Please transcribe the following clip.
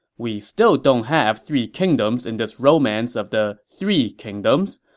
we still don't have three kingdoms in this romance of the three kingdoms.